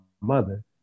mother